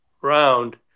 round